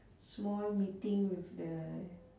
small meeting with the